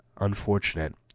unfortunate